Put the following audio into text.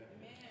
Amen